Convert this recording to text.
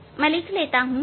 अब मैं लिख लेता हूं